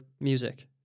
music